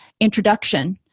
introduction